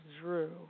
Drew